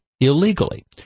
illegally